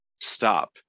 stop